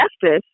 justice